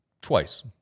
Twice